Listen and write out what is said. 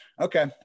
Okay